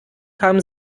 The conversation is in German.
kamen